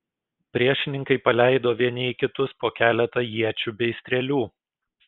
priešininkai paleido vieni į kitus po keletą iečių bei strėlių